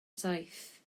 saith